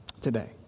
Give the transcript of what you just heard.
today